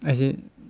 as in